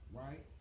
right